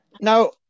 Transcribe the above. Now